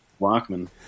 Walkman